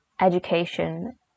education